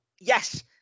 yes